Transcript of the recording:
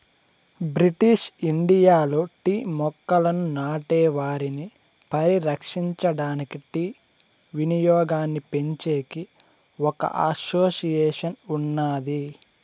British ఇండియాలో tea మొక్కలను నాటే వారిని పరిరక్షించడానికి, టీ వినియోగాన్నిపెంచేకి ఒక అసోసియేషన్ ఉన్నాది